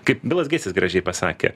kaip bilas geitsas gražiai pasakė